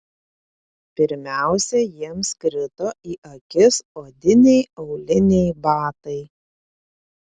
pirmiausia jiems krito į akis odiniai auliniai batai